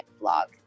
blog